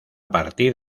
partir